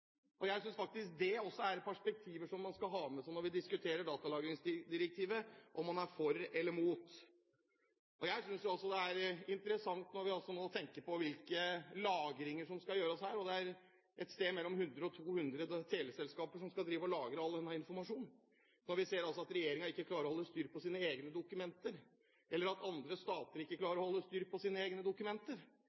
barna. Jeg synes faktisk det også er perspektiver man skal ha med seg når vi diskuterer datalagringsdirektivet, om man er for eller mot. Jeg synes også det er interessant, når vi nå tenker på hvilke lagringer som skal gjøres, at det er et sted mellom 100 og 200 teleselskaper som skal lagre all denne informasjonen, og også at regjeringen ikke klarer å holde styr på sine egne dokumenter, eller at andre stater ikke klarer å holde styr på sine egne dokumenter.